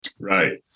Right